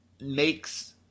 makes